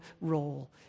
role